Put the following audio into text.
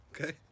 Okay